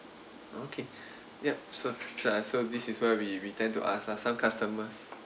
okay yup sure so this is where we we tend to ask lah some customers